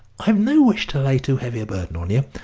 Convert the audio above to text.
i've no wish to lay too heavy a burden on you,